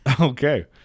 Okay